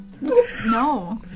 No